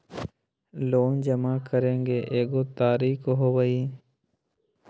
Loan जमा करेंगे एगो तारीक होबहई?